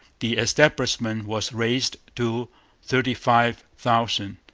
the establishment was raised to thirty-five thousand.